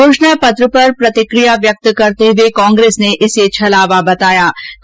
घोषणा पत्र पर प्रतिकिया व्यक्त करते हुए कांग्रेस ने इसे छलावा बताया है